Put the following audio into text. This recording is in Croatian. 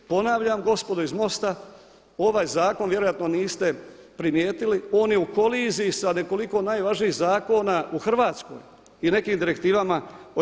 Ponavljam gospodo iz MOST-a ovaj zakon vjerojatno niste primijetili on je u koliziji sa nekoliko najvažnijih zakona u Hrvatskoj i nekim direktivama o EU.